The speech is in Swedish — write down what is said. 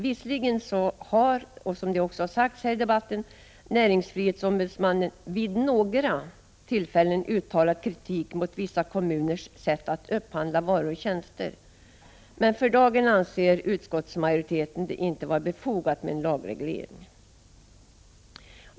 Visserligen har, vilket också har sagts här i debatten, näringsfrihetsombudsmannen vid några tillfällen uttalat kritik mot vissa kommuners sätt att upphandla varor och tjänster. Men för dagen anser utskottsmajoriteten det inte vara befogat med en lagreglering.